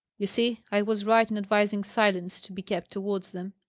you see, i was right in advising silence to be kept towards them.